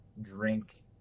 drink